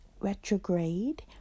retrograde